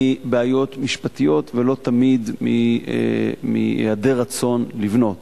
מבעיות משפטיות, ולא תמיד מהיעדר רצון לבנות.